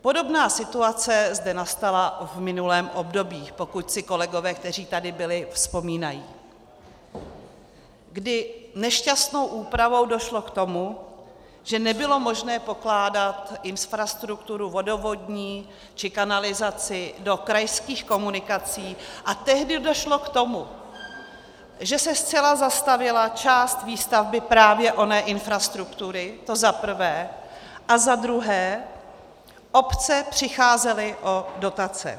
Podobná situace zde nastala v minulém období, pokud si kolegové, kteří tady byli, vzpomínají, kdy nešťastnou úpravou došlo k tomu, že nebylo možné pokládat infrastrukturu vodovodní či kanalizaci do krajských komunikací, a tehdy došlo k tomu, že se zcela zastavila část výstavby právě oné infrastruktury, to za prvé, a za druhé obce přicházely o dotace.